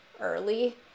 Early